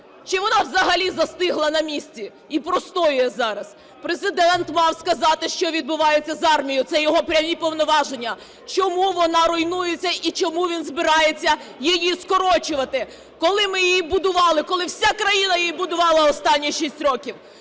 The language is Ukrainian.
чи вона взагалі застигла на місці і простоює зараз? Президент мав сказати, що відбувається з армією. Це його прямі повноваження. Чому вона руйнується і чому він збирається її скорочувати, коли ми її будували, коли вся країна її будувала останні 6 років?